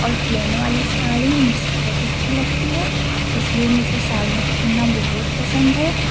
और प्लेन वाली साड़ी मुझे बहुत अच्छी लगती है इसलिए मुझे साड़ियाँ पहनना बहुत पसंद है